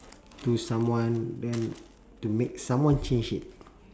to someone then to make someone change it